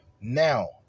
Now